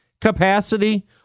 capacity